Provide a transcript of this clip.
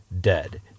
dead